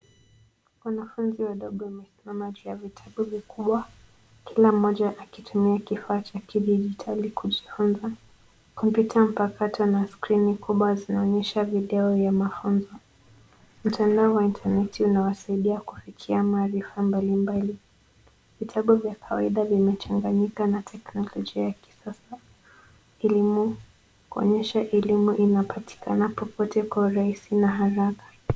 Wanafunzi wadogo wamesimama juu ya vitabu vikubwa; kila mmoja akitumia kifaa cha kidijitali kujifunza kupitia mpakato na skrini kubwa zinaonyesha video ya mafunzo. Mtandao wa intaneti unawasaidia kufikia maarifa mbalimbali. Vitabu vya kawaida vimachanganyika na teknolojia ya kisasa elimu kuonyesha elimu, inapatikana popote kwa urahisi na haraka.